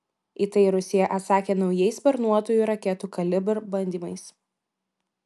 į tai rusija atsakė naujais sparnuotųjų raketų kalibr bandymais